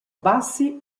bassi